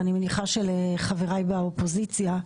ואני מניחה שלחבריי באופוזיציה,